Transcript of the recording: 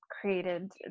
created